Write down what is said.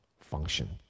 function